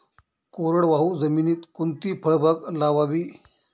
कोरडवाहू जमिनीत कोणती फळबाग लावावी?